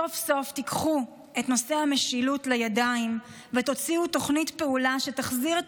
סוף-סוף תיקחו את נושא המשילות לידיים ותוציאו תוכנית פעולה שתחזיר את